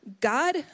God